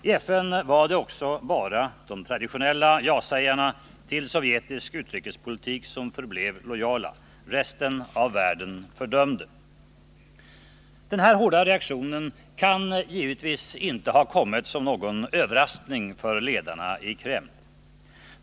I FN var det också bara de traditionella ja-sägarna till sovjetisk utrikespolitik som förblev lojala. Resten av världen fördömde. Denna hårda reaktion kan givetvis inte ha kommit som någon överraskning för ledarna i Kreml.